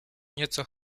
nieco